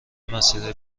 مسیرهای